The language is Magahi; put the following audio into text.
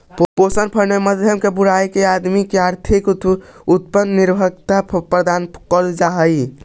पेंशन फंड के माध्यम से बुढ़ारी में आदमी के आर्थिक आत्मनिर्भरता प्रदान कैल जा हई